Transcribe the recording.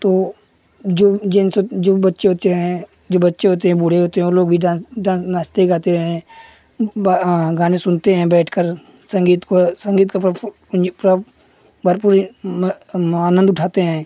तो जो जिनसे जो बच्चे वच्चे हैं जो बच्चे होते हैं बूढ़े होते हैं वह लोग भी डान्स डान्स नाचते गाते हैं हाँ गाने सुनते हैं बैठकर संगीत को संगीत का भरपूर आनन्द उठाते हैं